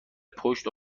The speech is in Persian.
پشت